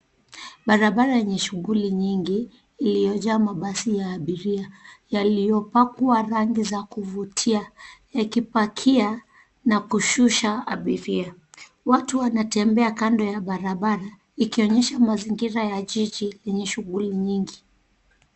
Barabara yenye shughuli nyingi, iliyojaa mabasi ya abiria, yaliyopakwa rangi za kuvutia. Yakipakia na kushusha abiria. Watu wanatembea kando ya barabara, ikionyesha mazingira ya jiji yenye shughuli nyingi.